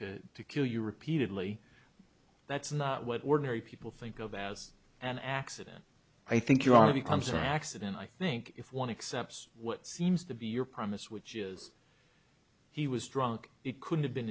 attempt to kill you repeatedly that's not what ordinary people think of as an accident i think you are becomes an accident i think if one accepts what seems to be your premise which is he was drunk it could have been